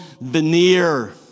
veneer